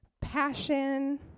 passion